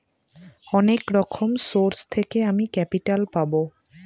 অনেক রকম সোর্স থেকে আমি ক্যাপিটাল পাবো